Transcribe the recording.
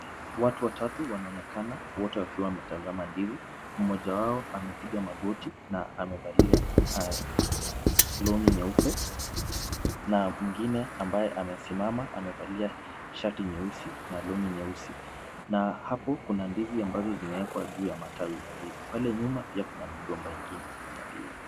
Watu watatu wanaonekana wote wakiwa wametazama ndizi, mmoja wao amepiga magoti na amevalia long'i nyeupe na mwingine ambaye amesimama amevalia shati nyeusi na long'i nyeusi na hapo kuna ndizi ambazo zimewekwa juu ya matawi ya ndizi. Pale nyuma pia kuna migomba ingine ya ndizi.